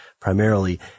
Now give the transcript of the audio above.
primarily